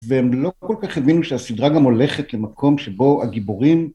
והם לא כל כך הבינו שהסדרה גם הולכת למקום שבו הגיבורים...